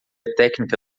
técnica